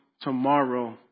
tomorrow